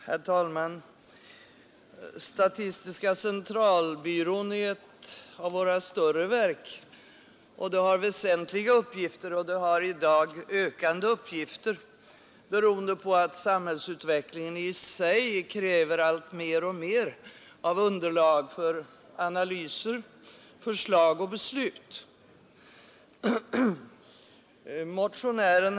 Herr talman! Statistiska centralbyrån är ett av våra större verk. Det har väsentliga och i dag ökande uppgifter beroende på att samhällsutvecklingen i sig kräver allt mer och mer av underlag för analyser, förslag och beslut.